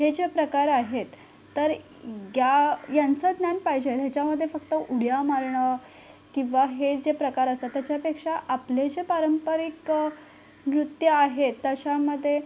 हे जे प्रकार आहेत तर ज्ञा यांचं ज्ञान पाहिजे ह्याच्यामध्ये फक्त उड्या मारणं किंवा हे जे प्रकार असतात त्याच्यापेक्षा आपले जे पारंपरिक नृत्य आहेत त्याच्यामध्ये